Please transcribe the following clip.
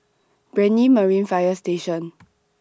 Brani Marine Fire Station